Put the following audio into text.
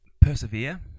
Persevere